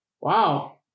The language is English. wow